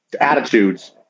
attitudes